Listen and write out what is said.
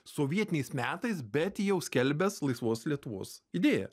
sovietiniais metais bet jau skelbęs laisvos lietuvos idėją